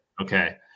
Okay